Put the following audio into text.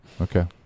okay